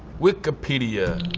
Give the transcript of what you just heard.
wikipedia.